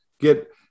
get